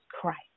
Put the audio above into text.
Christ